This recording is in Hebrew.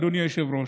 אדוני היושב-ראש,